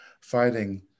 fighting